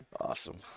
awesome